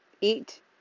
Eat